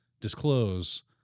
disclose